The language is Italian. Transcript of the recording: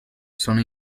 sono